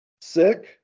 Sick